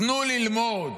תנו ללמוד.